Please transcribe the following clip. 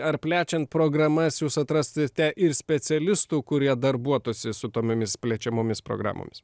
ar plečiant programas jūs atrastite ir specialistų kurie darbuotųsi su tomomis plečiamomis programomis